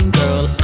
girl